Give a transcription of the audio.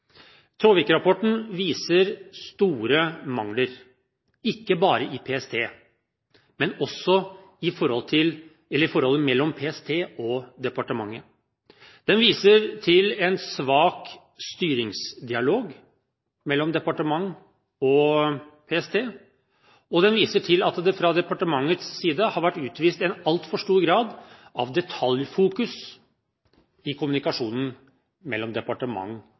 viser store mangler, ikke bare i PST, men også i forholdet mellom PST og departementet. Den viser til en svak styringsdialog mellom departement og PST, og den viser til at det fra departementets side har vært utvist en altfor stor grad av detaljfokus i kommunikasjonen mellom departement